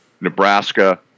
Nebraska